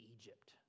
Egypt